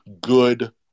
good